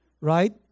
right